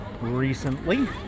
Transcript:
recently